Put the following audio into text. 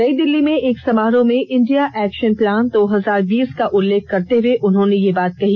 नई दिल्ली में एक समारोह में इंडिया एक्शन प्लान दो हजार बीस का उल्लेख करते हुए उन्होंने यह बात कही